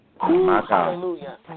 Hallelujah